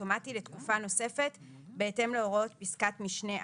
האוטומטי לתקופה נוספת בהתאם להוראות פסקת משנה (א).